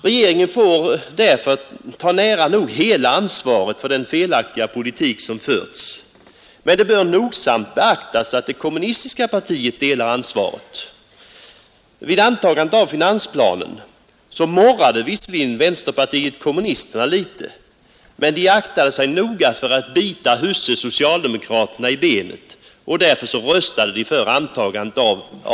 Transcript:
Regeringen får därför ta nära nog hela ansvaret för den felaktiga politik som har förts. Det bör emellertid nogsamt beaktas att det kommunistiska partiet delar ansvaret. Vid antagandet av finansplanen morrade visserligen vänsterpartiet kommunisterna litet, men de aktade sig noga för att bita husse, socialdemokraterna, i benet och röstade därför för antagandet.